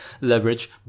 leverage